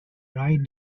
right